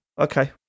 Okay